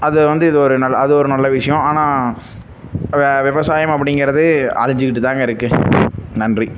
அது வந்து இது ஒரு நல்ல அது ஒரு நல்ல விஷயம் ஆனால் அது விவசாயம் அப்படிங்கிறது அழிஞ்சிக்கிட்டு தான்ங்க இருக்குது நன்றி